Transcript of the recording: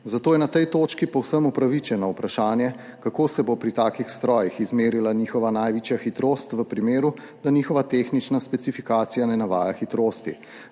zato je na tej točki povsem upravičeno vprašanje, kako se bo pri takih strojih izmerila njihova največja hitrost, v primeru, da njihova tehnična specifikacija ne navaja hitrosti.